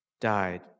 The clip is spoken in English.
died